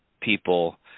people